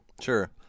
Sure